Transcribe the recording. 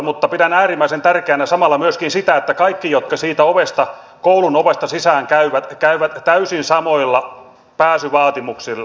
mutta pidän äärimmäisen tärkeänä samalla myöskin sitä että kaikki jotka siitä koulun ovesta sisään käyvät käyvät täysin samoilla pääsyvaatimuksilla